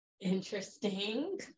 interesting